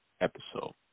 episode